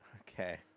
Okay